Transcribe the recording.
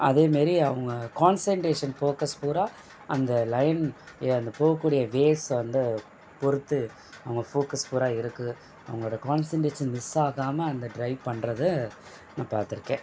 அதே மாரி அவங்க கான்சென்ட்ரேஷன் போக்கஸ் பூரா அந்த லைன் எ அந்த போகக்கூடிய வேஸ்ஸை வந்து பொறுத்து அவங்க போக்கஸ் பூரா இருக்குது அவங்களோட கான்சென்ட்ரேஷன் மிஸ் ஆகாமல் அந்த ட்ரைவ் பண்ணுறத நான் பார்த்திருக்கேன்